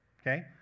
okay